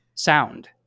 Sound